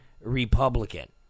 Republican